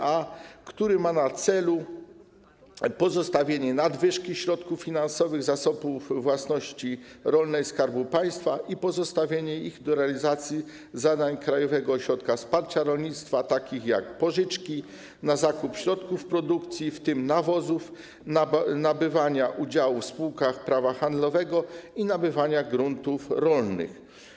Ma to na celu pozostawienie nadwyżki środków finansowych Zasobu Własności Rolnej Skarbu Państwa i pozostawienie ich do realizacji zadań Krajowego Ośrodka Wsparcia Rolnictwa takich jak pożyczki na zakup środków produkcji, w tym nawozów, nabywanie udziałów w spółkach prawa handlowego i nabywanie gruntów rolnych.